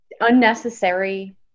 unnecessary